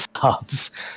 subs